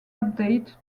update